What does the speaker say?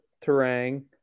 Terang